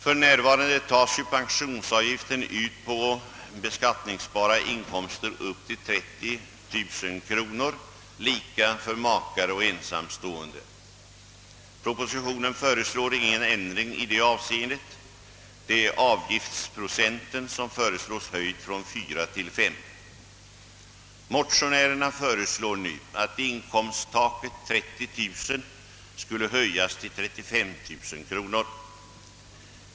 För närvarande tas ju pensionsavgiften ut på beskattningsbara inkomster upp till 30 000 kronor, lika för makar och ensamstående. Propositionens förslag innebär ingen ändring i det avseendet. I propositionen föreslås däremot att avgiftsprocenten höjs från fyra till fem procent. Motionärerna föreslår nu att inkomsttaket 30000 kr höjs till 35 000.